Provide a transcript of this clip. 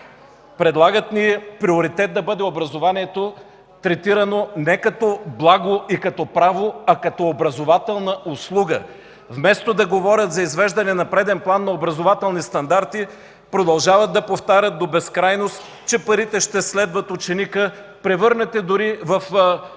Предлагат ни приоритет да бъде образованието, третирано не като благо и като право, а като образователна услуга. Вместо да говорят за извеждане на преден план на образователни стандарти, продължават да повтарят до безкрайност, че парите ще следват ученика, превърнати дори в –